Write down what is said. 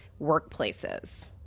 workplaces